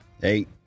Hey